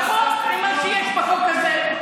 שזה פחות ממה שיש בחוק הזה.